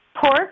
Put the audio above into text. Pork